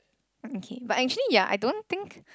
mm kay but actually yeah I don't think